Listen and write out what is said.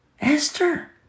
Esther